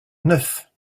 neuf